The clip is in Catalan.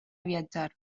viatjar